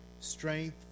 strength